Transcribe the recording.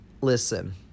listen